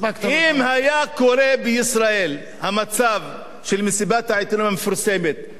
אם היה קורה במדינת ישראל המצב של מסיבת העיתונאים המפורסמת של